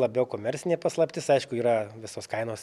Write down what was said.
labiau komercinė paslaptis aišku yra visos kainos